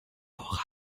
vorrat